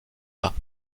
pas